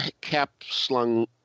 cap-slung